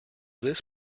this